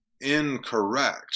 incorrect